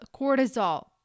cortisol